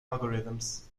algorithms